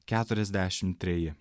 keturiasdešim treji